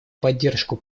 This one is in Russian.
поддержку